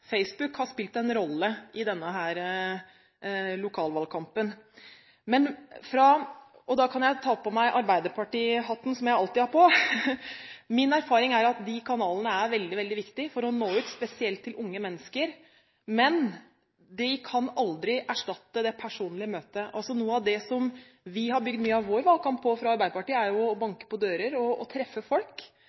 Facebook har spilt en rolle i denne lokalvalgkampen. Og da kan jeg ta på meg arbeiderpartihatten, som jeg alltid har på: Min erfaring er at de kanalene er veldig, veldig viktig for å nå ut, spesielt til unge mennesker, men de kan aldri erstatte det personlige møtet. Noe av det som vi har bygd mye av vår valgkamp på i Arbeiderpartiet, er å banke på dører og treffe folk